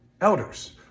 elders